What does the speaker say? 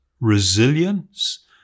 resilience